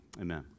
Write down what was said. Amen